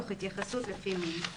תוך התייחסות לפי מין.